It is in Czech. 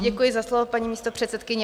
Děkuji za slovo, paní místopředsedkyně.